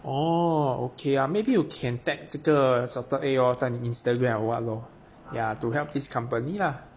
orh okay ah maybe you can tag 这个 salted egg lor 在你 instagram or what lor ya to help this company lah